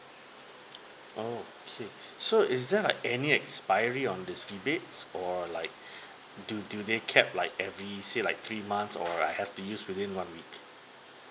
okay so is there like any expiry on these rebates or like do do they cap like every say like three months or I have to use within one week